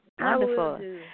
wonderful